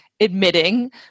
Admitting